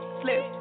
slip